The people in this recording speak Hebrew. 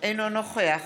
אינו נוכח